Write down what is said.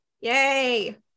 yay